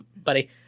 buddy